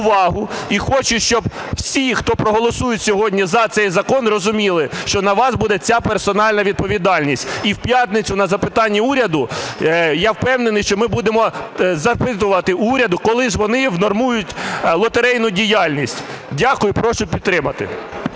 і хочу, щоб всі, хто проголосують сьогодні за цей закон, розуміли, що на вас буде ця персональна відповідальність. І в п'ятницю на запитанні Уряду я впевнений, що ми будемо запитувати уряд, коли вони внормують лотерейну діяльність. Дякую і прошу підтримати.